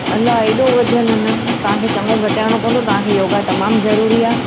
अलाह एॾो वज़नु न न तव्हां खे चंङो घटाइणो पवंदो तव्हां खे योगा तमाम ज़रूरी आहे